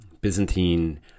Byzantine